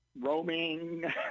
roaming